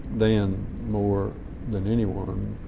dan more than anyone,